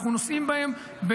אנחנו נושאים בהם,